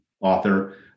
author